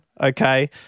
okay